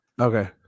Okay